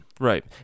Right